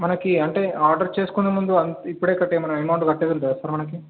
మనకు అంటే ఆర్డర్ చేసుకునే ముందు అం ఇప్పుడే కట్టమని అమౌంట్ కట్టేది ఉంటుందా సార్ మనకు